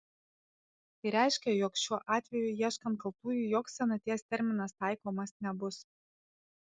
tai reiškia jog šiuo atveju ieškant kaltųjų joks senaties terminas taikomas nebus